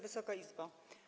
Wysoka Izbo!